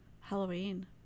Halloween